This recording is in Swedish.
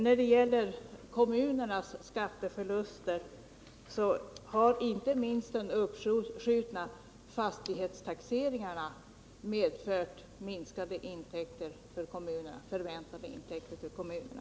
När det gäller kommunernas skatteförluster har inte minst de uppskjutna fastighetstaxeringarna medfört minskade förväntade intäkter för kommunerna.